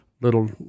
little